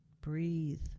Breathe